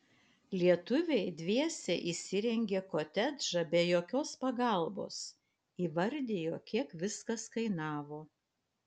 lietuviai dviese įsirengė kotedžą be jokios pagalbos įvardijo kiek viskas kainavo